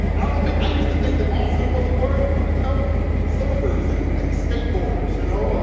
i'll admit i used to think that awesome was the word for you know surfers and and skateboarders, you know,